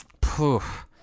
poof